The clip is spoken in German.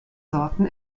sorten